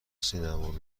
سینما